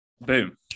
boom